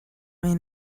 may